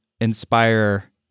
inspire